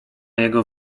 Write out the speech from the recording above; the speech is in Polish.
jego